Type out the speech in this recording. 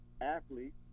athletes